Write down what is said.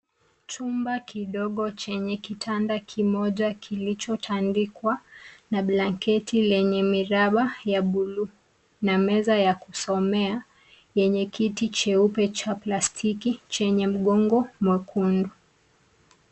Chumba kidogo chenye kitanda kimoja kilichotandikwa na blanketi lenye miraba ya bluu na meza ya kusomea yenye kiti cheupe cha plastiki chenye mgongo mwekundu.